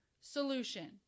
solution